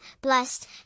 blessed